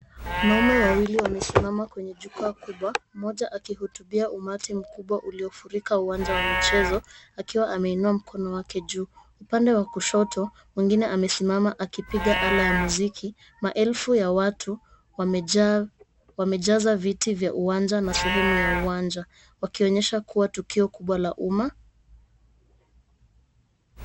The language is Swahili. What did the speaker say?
Wanaume wawili wamesimama kwenye jukwaa kubwa, mmoja akihutubia umati mkubwa uliofurika uwanja wa michezo akiwa ameinua mkono wake juu. Upande wa wa kushoto mwingine amesimama akipiga ala ya muziki. Maelfu ya watu wamejaza viti vya uwanja na sehemu ya uwanja wakionyesha kuwa tukio kubwa la umma.